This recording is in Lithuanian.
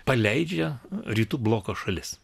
paleidžia rytų bloko šalis